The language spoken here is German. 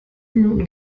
minuten